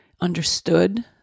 understood